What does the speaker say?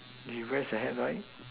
he wears a hat right